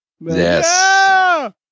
Yes